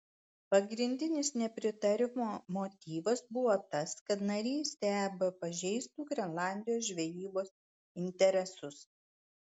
pagrindinis nepritarimo motyvas buvo tas kad narystė eb pažeistų grenlandijos žvejybos interesus